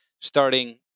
starting